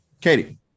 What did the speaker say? Katie